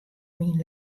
myn